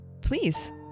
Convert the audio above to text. please